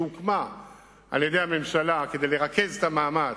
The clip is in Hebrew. שהוקמה על-ידי הממשלה כדי לרכז את המאמץ,